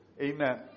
Amen